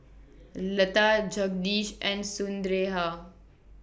Lata Jagadish and Sundaraiah